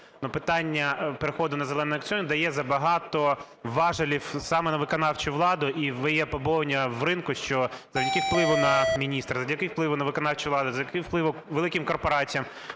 питання переходу на "зелені" аукціони дає забагато важелів саме на виконавчу владу і є побоювання в ринку, що завдяки впливу на міністра, завдяки впливу на виконавчу владу, завдяки впливу великим корпораціям